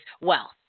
wealth